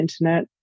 internet